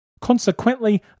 Consequently